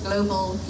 global